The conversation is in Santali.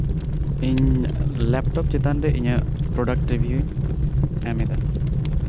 ᱤᱧ ᱞᱮᱯᱴᱚᱯ ᱪᱮᱛᱟᱱᱨᱮ ᱯᱨᱚᱰᱟᱠᱴ ᱨᱤᱵᱷᱤᱭᱩ ᱮᱢ ᱮᱫᱟ